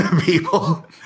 people